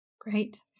Great